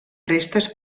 restes